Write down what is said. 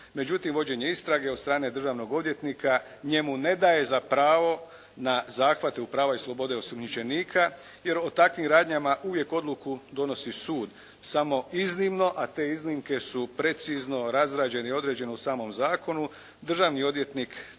Međutim vođenje istrage od strane državnog odvjetnika njemu ne daje za pravo na zahvate u pravoj slobodi osumnjičenika jer o takvim radnjama uvijek odluku donosi sud, samo iznimno, a te iznimke su precizno razrađene i određene u samom zakonu, državni odvjetnik